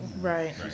Right